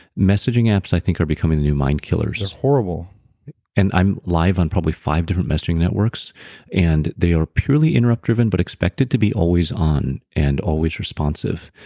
messaging apps i think are becoming the new mind killers they're horrible and i'm live on probably five different messaging networks and they are purely interrupt driven but expected to be always on and always responsive.